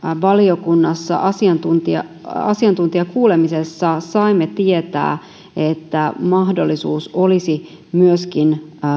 valiokunnassa asiantuntijakuulemisessa saimme tietää että mahdollisuus olisi myöskin